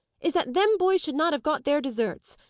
is that them boys should not have got their deserts.